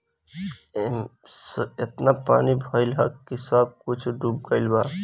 असो एतना पानी भइल हअ की सब कुछ डूब गईल बा